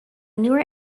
newer